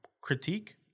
critique